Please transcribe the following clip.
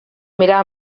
mirar